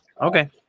Okay